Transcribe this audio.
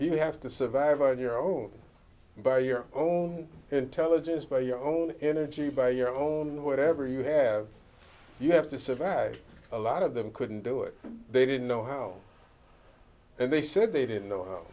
he have to survive on your own by your own intelligence by your own energy by your own whatever you have you have to survive a lot of them couldn't do it they didn't know how and they said they didn't know